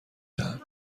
دهم